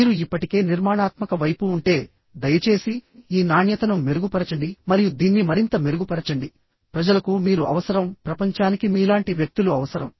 మీరు ఇప్పటికే నిర్మాణాత్మక వైపు ఉంటే దయచేసి ఈ నాణ్యతను మెరుగుపరచండి మరియు దీన్ని మరింత మెరుగుపరచండి ప్రజలకు మీరు అవసరం ప్రపంచానికి మీలాంటి వ్యక్తులు అవసరం